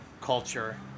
culture